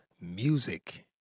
music